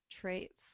traits